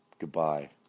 Goodbye